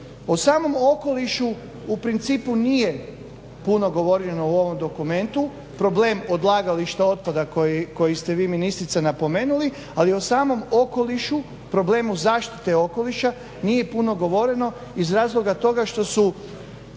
O samom okolišu u principu nije puno govoreno u ovom dokumentu. Problem odlagališta otpada koji ste vi ministrice napomenuli, ali o samom okolišu problemu zaštite okoliša nije puno govoreno iz razloga toga što su